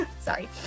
sorry